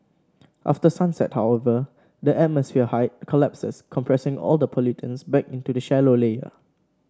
after sunset however the atmosphere height collapses compressing all the pollutants back into a shallow layer